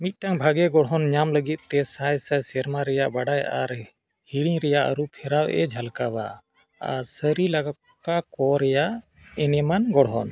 ᱢᱤᱫᱴᱟᱝ ᱵᱷᱟᱜᱮ ᱜᱚᱲᱦᱚᱱ ᱧᱟᱢ ᱞᱟᱹᱜᱤᱫ ᱛᱮ ᱥᱟᱭ ᱥᱟᱭ ᱥᱮᱨᱢᱟ ᱨᱮᱭᱟᱜ ᱵᱟᱰᱟᱭ ᱟᱹᱨᱤ ᱦᱤᱲᱤᱧ ᱨᱮᱭᱟᱜ ᱟᱹᱨᱩ ᱯᱷᱮᱨᱟᱣ ᱮ ᱡᱷᱟᱞᱠᱟᱣᱟ ᱟᱨ ᱥᱟᱹᱨᱤ ᱞᱟᱣᱠᱟ ᱠᱚ ᱨᱮᱭᱟᱜ ᱮᱱᱮᱢᱟᱱ ᱜᱚᱲᱦᱚᱱ